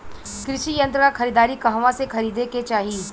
कृषि यंत्र क खरीदारी कहवा से खरीदे के चाही?